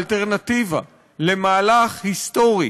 האלטרנטיבה למהלך היסטורי